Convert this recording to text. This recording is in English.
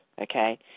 okay